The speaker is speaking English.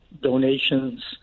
donations